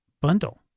bundle